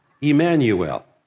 Emmanuel